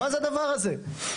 מה זה הדבר הזה?